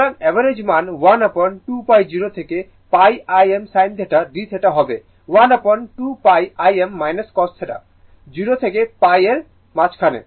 সুতরাং অ্যাভারেজ মান 1 upon 2π0 থেকে πIm sinθ dθ হবে 1 upon 2πIm cosθ 0 থেকে π এর মাঝখানে